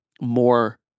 More